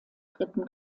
dritten